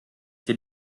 dir